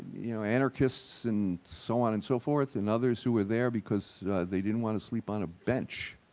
you know, anarchists and so on and so forth, and others who were there because they didn't want to sleep on a bench,